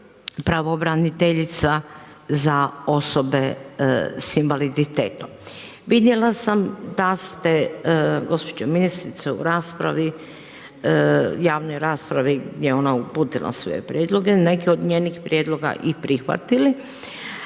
pravobraniteljica za osobe s invaliditetom. Vidjela sam da ste, gospođo ministrice, u javnoj raspravi gdje je ona uputila svoje prijedloge, neke od njenih prijedloga i prihvatili,